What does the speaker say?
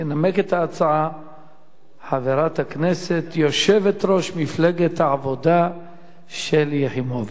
תנמק את ההצעה חברת הכנסת יושבת-ראש מפלגת העבודה שלי יחימוביץ.